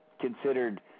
considered